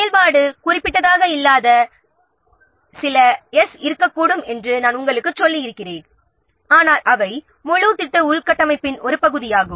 செயல்பாடு குறிப்பிட்டபடாத சில 's' இருக்கக்கூடும் என்று நான் உங்களுக்குச் சொல்லியிருக்கிறேன் ஆனால் அவை முழு ப்ராஜெக்ட் உள்கட்டமைப்பின் ஒரு பகுதியாகும்